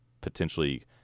potentially